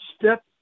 step